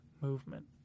movement